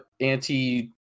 anti